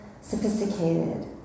sophisticated